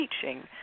teaching